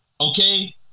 Okay